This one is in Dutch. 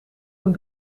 een